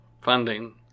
funding